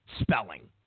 spelling